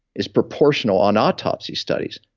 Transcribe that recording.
is proportional on autopsy studies,